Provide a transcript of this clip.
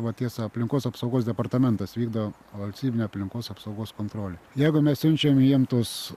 va tiesa aplinkos apsaugos departamentas vykdo valstybinę aplinkos apsaugos kontrolę jeigu mes siunčiam jiem tuos